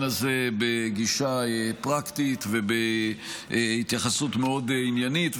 הזה בגישה פרקטית ובהתייחסות מאוד עניינית,